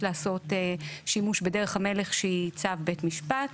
לעשות שימוש בדרך המלך שהיא צו בית משפט.